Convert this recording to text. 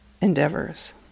endeavors